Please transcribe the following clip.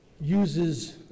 uses